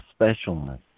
specialness